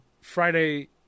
Friday